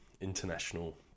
international